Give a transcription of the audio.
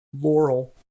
Laurel